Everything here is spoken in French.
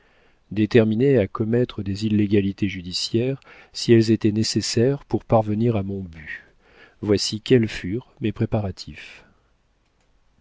déterminé à commettre des illégalités judiciaires si elles étaient nécessaires pour parvenir à mon but voici quels furent mes préparatifs